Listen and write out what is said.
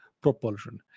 propulsion